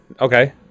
Okay